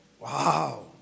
Wow